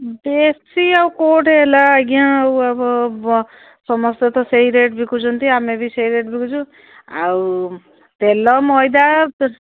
ବେଶୀ ଆଉ କୋଉଠି ହେଲା ଆଜ୍ଞା ଆଉ ସମସ୍ତେ ତ ସେଇ ରେଟ୍ ବିକୁଛନ୍ତି ଆମେ ବି ସେଇ ରେଟ୍ ବିକୁଛୁ ଆଉ ତେଲ ମଇଦା